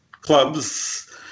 clubs